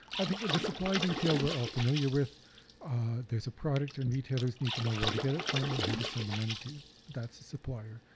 i think the supply detail we're all familiar with there's a product and retailers need to know where to get it from and who to send the money to that's a supplier.